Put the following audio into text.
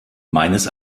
meines